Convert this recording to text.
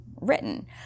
written